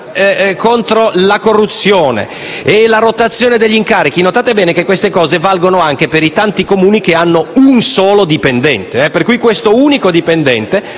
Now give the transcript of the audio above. contro la corruzione e la rotazione degli incarichi). Colleghi, notate bene che queste previsioni valgono anche per i tanti Comuni che hanno un solo dipendente. Questo unico dipendente,